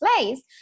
place